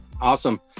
Awesome